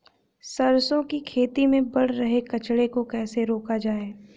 सरसों की खेती में बढ़ रहे कचरे को कैसे रोका जाए?